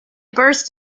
burst